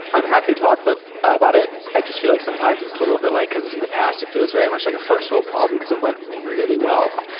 i'm happy to talk but about it. i just feel like sometimes it's little bit like because it's in the past, it feels very much like a first-world problem, because it went really well.